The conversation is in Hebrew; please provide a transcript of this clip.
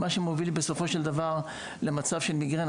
מה שמוביל בסופו של דבר למצב של מיגרנה